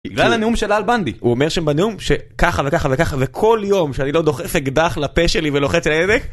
בגלל הנאום של אל בנדי. הוא אומר שם בנאום, שככה וככה וככה וכל יום שאני לא דוחף אקדח לפה שלי ולוחץ על ההדק